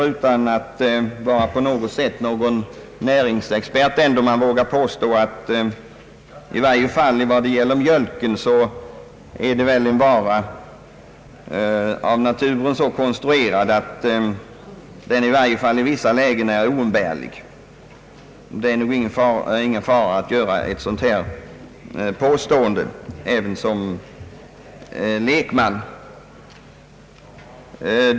Utan att på något sätt vara någon näringsexpert vågar jag ändå hävda att i varje fall mjölk är en vara av naturen så konstruerad att den i vissa lägen är oumbärlig. även om jag är lekman vågar jag utan risk kunna göra ett sådant påstående.